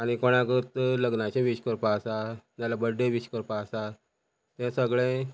आनी कोणा जर तर लग्नाचें वीश करपा आसा जाल्या बर्थ डे वीश करपा आसा तें सगळें